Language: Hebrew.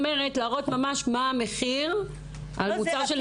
שצריך להראות על מוצר של נשים מה המחיר של מוצר של